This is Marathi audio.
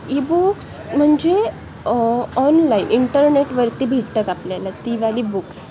इ बुक्स म्हणजे ऑनलाईन इंटरनेटवरती भेटतात आपल्याला ती वाली बुक्स